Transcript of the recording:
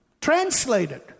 translated